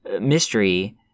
mystery